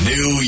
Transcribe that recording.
New